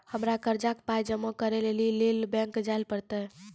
हमरा कर्जक पाय जमा करै लेली लेल बैंक जाए परतै?